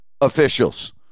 officials